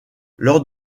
lors